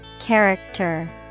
Character